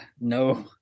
No